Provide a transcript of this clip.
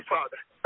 Father